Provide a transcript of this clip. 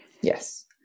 Yes